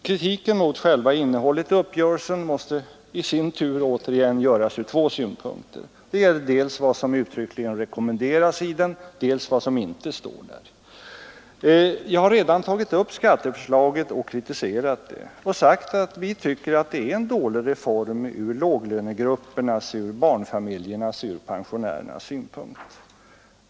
Kritiken mot själva innehållet i uppgörelsen måste också göras från två synpunkter: det gäller dels vad som uttryckligen rekommenderas i uppgörelsen, dels vad som inte står där. Jag har redan tagit upp skatteförslaget och kritiserat det. Vi tycker att det är en dålig reform från låglönegruppernas, barnfamiljernas och pensionärernas synpunkt.